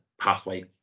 pathway